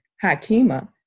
Hakima